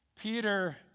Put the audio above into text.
Peter